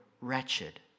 wretched